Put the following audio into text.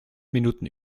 minuten